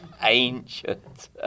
ancient